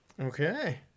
Okay